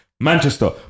Manchester